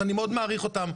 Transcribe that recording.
אז אני מאוד מעריך אותם,